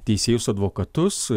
teisėjus advokatus